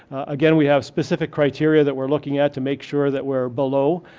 again, we have specific criteria that we're looking at to make sure that we're below.